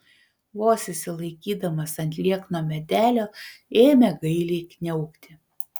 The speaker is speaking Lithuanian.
vos išsilaikydamas ant liekno medelio ėmė gailiai kniaukti